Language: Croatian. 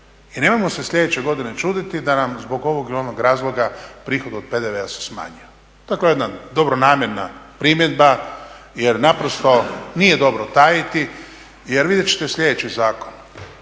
I nemojmo se sljedeće godine čuditi da nam zbog ovog ili onog razloga prihod od PDV-a se smanjio, dakle jedna dobronamjerna primjedba jer nije dobro tajiti. Jer vidjet ćete sljedeći zakon